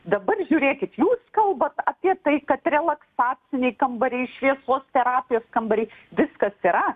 dabar žiūrėkit jūs kalbat apie tai kad relaksaciniai kambariai šviesos terapijos kambarys viskas yra